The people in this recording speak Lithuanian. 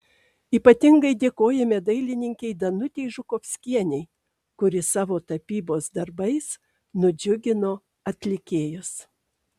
ypatingai dėkojame dailininkei danutei žukovskienei kuri savo tapybos darbais nudžiugino atlikėjus